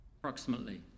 approximately